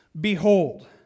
Behold